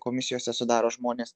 komisijose sudaro žmonės